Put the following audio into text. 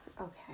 okay